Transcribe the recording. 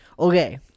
Okay